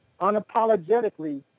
unapologetically